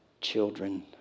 children